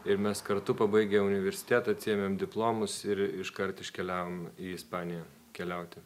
ir mes kartu pabaigę universitetą atsiėmėm diplomus ir iškart iškeliavom į ispaniją keliauti